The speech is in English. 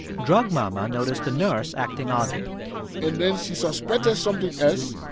drug mama noticed the nurse acting oddly and then she suspected something else,